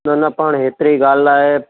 न न पाण हेतिरी ॻाल्हि लाइ